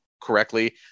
correctly